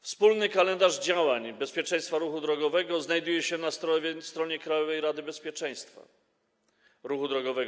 Wspólny kalendarz działań bezpieczeństwa ruchu drogowego znajduje się na stronie Krajowej Rady Bezpieczeństwa Ruchu Drogowego.